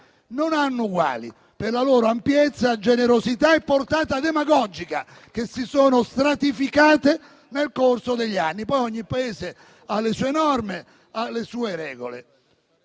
non hanno uguali per la loro ampiezza, generosità e portata demagogica, che si sono stratificate nel corso degli anni. Poi ogni Paese ha le sue norme e le sue regole.